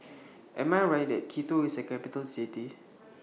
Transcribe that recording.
Am I Right that Quito IS A Capital City